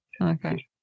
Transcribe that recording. okay